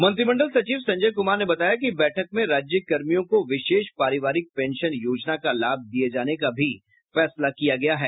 मंत्रिमंडल सचिव संजय कुमार ने बताया कि बैठक में राज्यकर्मियों को विशेष पारिवारिक पेंशन योजना का लाभ दिये जाने का भी फैसला किया गया है